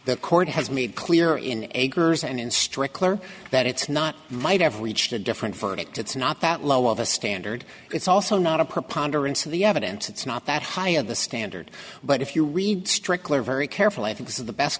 the court has made clear in eggers and in strickler that it's not might have reached a different verdict it's not that low of a standard it's also not a preponderance of the evidence it's not that high of the standard but if you read strickler very carefully because of the best